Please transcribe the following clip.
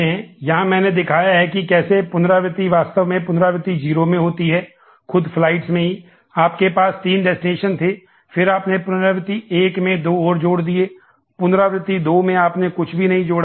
यहाँ मैंने दिखाया है कि कैसे पुनरावृति वास्तव में पुनरावृति 0 में होती है खुद फ्लाइटस थे फिर आपने पुनरावृति 1 में दो और जोड़ दिए पुनरावृत्ति 2 में आपने कुछ भी नहीं जोड़ा